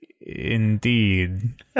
Indeed